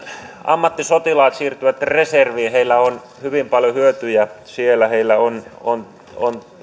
ammattisotilaat siirtyvät reserviin heistä on hyvin paljon hyötyjä siellä heillä on on